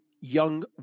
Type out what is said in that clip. young